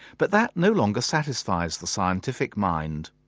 but that no longer satisfies the scientific mind.